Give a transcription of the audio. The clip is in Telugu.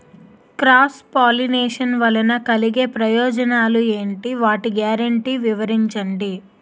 క్రాస్ పోలినేషన్ వలన కలిగే ప్రయోజనాలు ఎంటి? వాటి గ్యారంటీ వివరించండి?